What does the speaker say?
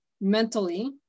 mentally